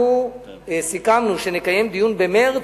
וסיכמנו שנקיים דיון במרס,